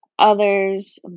others